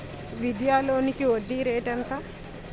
విద్యా లోనికి వడ్డీ రేటు ఎంత?